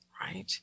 right